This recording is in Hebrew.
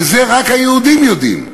שרק היהודים יודעים.